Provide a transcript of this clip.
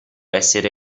essere